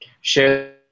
share